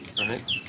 Right